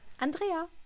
Andrea